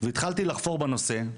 והתחלתי לחפור בנושא.